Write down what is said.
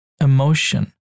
emotion